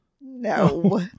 No